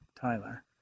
Tyler